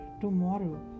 tomorrow